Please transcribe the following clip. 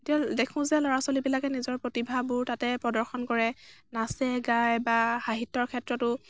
তেতিয়া দেখোঁ যে ল'ৰা ছোৱালীবিলাকে নিজৰ প্ৰতিভাবোৰ তাতে প্ৰদৰ্শন কৰে নাচে গাই বা সাহিত্য়ৰ ক্ষেত্ৰতো